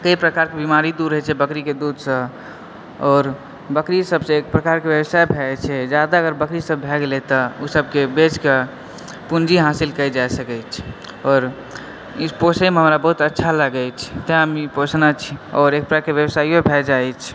कइ प्रकार के बीमारी दूर होयत छै बकरी के दूधसँ आओर बकरी सभसँ एक प्रकारके व्यवसाय भए जाय छै जादा अगर बकरी सब भए गेलय तऽ ओ सभकेँक बेचकऽ पूँजी हासिल कयल जाए सकैत अछि आओर ई पोसयमे हमरा बहुत अच्छा लागैत अछि तैं हम ई पोसने छी आओर एक तरहके व्यवसाय भए जाय अछि